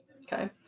Okay